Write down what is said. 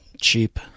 cheap